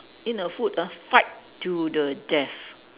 in a food ah fight to the death